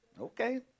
Okay